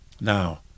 Now